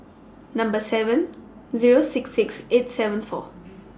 Number seven Zero six six eight seven four